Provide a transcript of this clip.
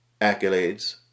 Accolades